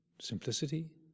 simplicity